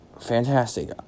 fantastic